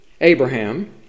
Abraham